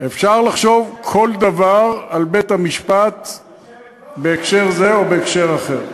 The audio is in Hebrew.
אפשר לחשוב כל דבר על בית-המשפט בהקשר זה או בהקשר אחר.